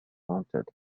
haunted